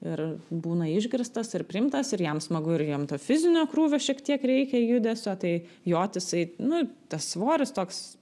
ir būna išgirstas ir priimtas ir jam smagu ir jam to fizinio krūvio šiek tiek reikia judesio tai jot jisai nu tas svoris toks